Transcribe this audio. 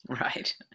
Right